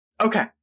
Okay